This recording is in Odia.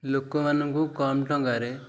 ଲୋକମାନଙ୍କୁ କମ୍ ଟଙ୍କାରେ